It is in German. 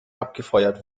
abgefeuert